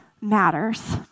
matters